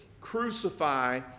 crucify